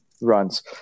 Runs